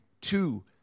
two